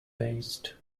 based